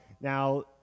Now